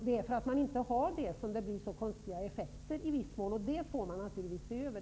Det är att man inte har det som gör att det blir så konstiga effekter i viss mån, och det får man naturligtvis lov att se över.